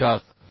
तशाच